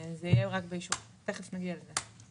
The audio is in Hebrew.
תיכף נגיע לזה.